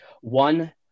one